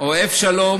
אוהב שלום